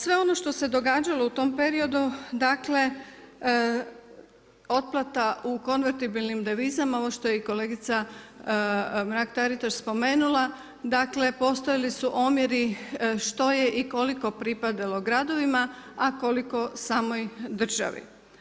Sve ono što se događalo u tom periodu, otplata u konvertibilnim devizama, ono što je i kolegica Mrak-Taritaš spomenula, postojali su omjeri što je i koliko pripadalo gradovima, a koliko samoj državi.